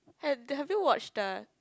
have you watched the